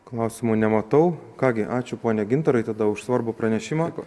klausimų nematau ką gi ačiū pone gintarai tada už svarbų pranešimą